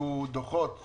שהגישו דוחות